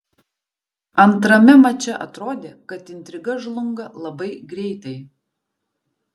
antrame mače atrodė kad intriga žlunga labai greitai